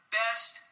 best